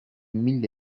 mille